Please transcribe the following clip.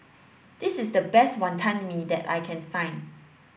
this is the best Wantan Mee that I can find